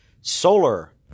solar